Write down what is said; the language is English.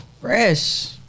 Fresh